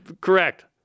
correct